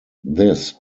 this